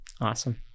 Awesome